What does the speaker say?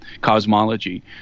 cosmology